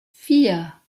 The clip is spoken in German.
vier